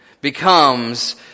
becomes